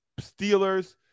Steelers